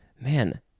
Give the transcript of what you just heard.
Man